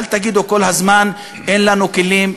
אל תגידו כל הזמן: אין לנו כלים,